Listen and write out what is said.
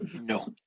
No